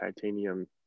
titanium